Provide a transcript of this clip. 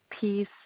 peace